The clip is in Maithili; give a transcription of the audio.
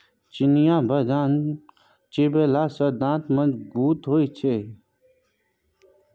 चिनियाबदाम चिबेले सँ दांत मजगूत होए छै